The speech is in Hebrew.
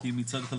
כי מצד אחד,